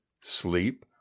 sleep